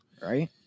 right